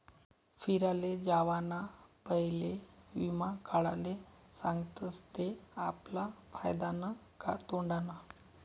फिराले जावाना पयले वीमा काढाले सांगतस ते आपला फायदानं का तोटानं